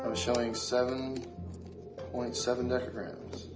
showing seven point seven decagrams.